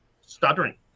stuttering